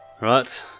Right